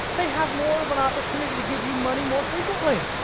they have more of an opportunity to give you money more frequently,